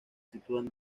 sitúan